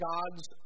God's